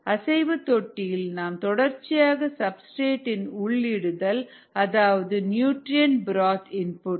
அசைவு தொட்டியில் நாம் தொடர்ச்சியாக சப்ஸ்டிரேட் இன் உள்இடுதல் அதாவது நியூட்ரியன்ட் பிராத் இன்புட்